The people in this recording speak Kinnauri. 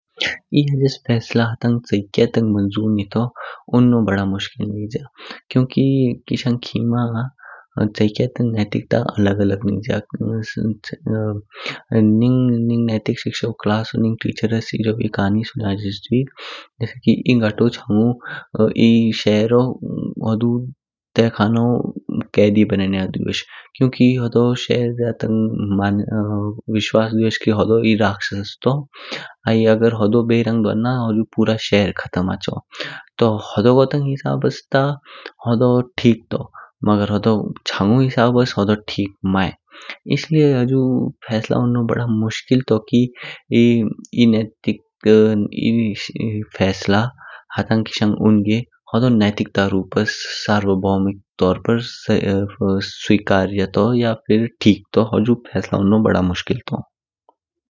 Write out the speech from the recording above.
एह फैसला हातन चाहियेके तांग मंजूर नितो उन्नो बड़ा मुश्किल निज्या। क्यूंकि किशंग खिमा चाहियेके तांग नेटिकता अलग अलग निज्या। निग नेटिक शिक्षु क्लासो नाईग टीचर्स एजोब ए खानी सुनयाजीस दुइक की ए गातू चौ ए शहरो हुदु तेह खनाओ केदि बनन्या दुइये, क्यूंकि होदो सेहर ज्या तांग मां विश्वास दुयेश की होदो ए राक्षस तून। आइ होदो बेरंग द्वना हुजु पूरा शहर खत्म हाचो। दू होडगो तांग हिसाबस ता होतो ठीक तून, मगर होदो चाहु हिसाबस होदो ठीक माय। इसलिये हुजु फैसला उन्नो बड़ा मुश्किल तून की ए नैतिक फैसला हातंग किशंग होदो नैतिकता रूप्स सर्वोभौमिक तौर पर स्वीकार्य तून या फिर ठीक तून हुजु फैसला उन्नो बड़ा मुश्किल तून।